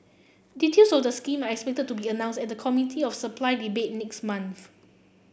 details of the scheme are expected to be announced at the Committee of Supply debate next month